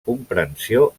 comprensió